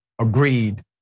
agreed